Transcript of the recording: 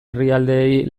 herrialdeei